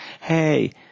Hey